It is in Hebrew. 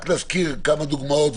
רק נזכיר כמה דוגמאות,